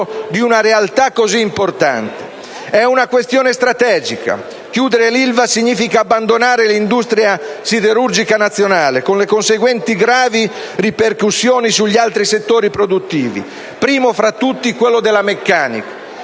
di una realtà così importante. È una questione strategica: chiudere l'Ilva significa abbandonare l'industria siderurgica nazionale, con le conseguenti gravi ripercussioni sugli altri settori produttivi, primo fra tutti quello della meccanica.